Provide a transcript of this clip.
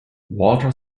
walter